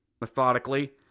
Methodically